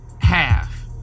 half